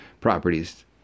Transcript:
properties